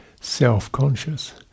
self-conscious